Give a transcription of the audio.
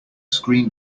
screen